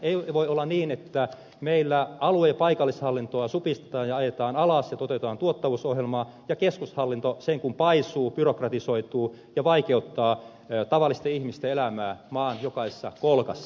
ei voi olla niin että meillä alue ja paikallishallintoa supistetaan ja ajetaan alas ja toteutetaan tuottavuusohjelmaa ja keskushallinto sen kuin paisuu byrokratisoituu ja vaikeuttaa tavallisten ihmisten elämää maan jokaisessa kolkassa